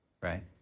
right